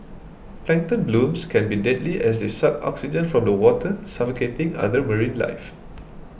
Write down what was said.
plankton blooms can be deadly as they suck oxygen from the water suffocating other marine life